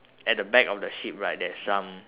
at the back of the sheep right there's some